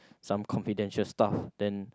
some confidential stuff then